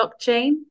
blockchain